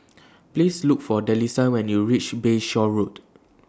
Please Look For Delisa when YOU REACH Bayshore Road